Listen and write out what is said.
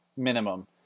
minimum